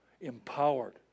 empowered